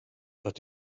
but